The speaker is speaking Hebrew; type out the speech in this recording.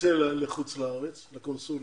שתצא לחוץ לארץ לקונסוליות,